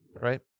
right